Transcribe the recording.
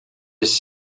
his